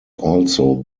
also